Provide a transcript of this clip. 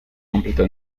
completó